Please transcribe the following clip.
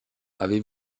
avez